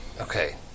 Okay